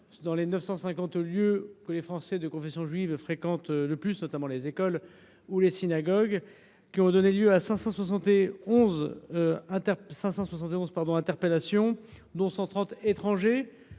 dans les 950 lieux que les Français de confession juive fréquentent, notamment les écoles ou les synagogues. Ces événements ont donné lieu à 571 interpellations, dont 130 d’étrangers.